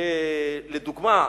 לדוגמה,